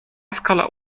skala